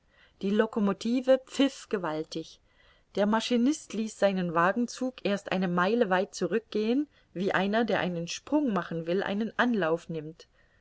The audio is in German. die locomotive pfiff gewaltig der maschinist ließ seinen wagenzug erst eine meile weit zurückgehen wie einer der einen sprung machen will einen anlauf nimmt